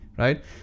Right